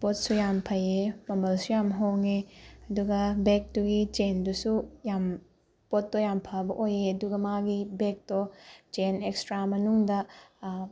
ꯄꯣꯠꯁꯨ ꯌꯥꯝ ꯐꯩꯑꯦ ꯃꯃꯜꯁꯨ ꯌꯥꯝ ꯍꯣꯡꯉꯦ ꯑꯗꯨꯒ ꯕꯦꯛꯇꯨꯒꯤ ꯆꯦꯟꯗꯨꯁꯨ ꯌꯥꯝ ꯄꯣꯠꯇꯣ ꯌꯥꯝ ꯐꯕ ꯑꯣꯏꯑꯦ ꯑꯗꯨꯒ ꯃꯥꯒꯤ ꯕꯦꯛꯇꯣ ꯆꯦꯟ ꯑꯦꯛꯁꯇ꯭ꯔꯥ ꯃꯅꯨꯡꯗ